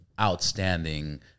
outstanding